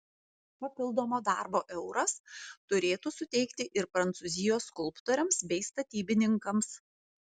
papildomo darbo euras turėtų suteikti ir prancūzijos skulptoriams bei statybininkams